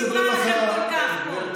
תתביישו לכם.